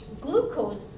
glucose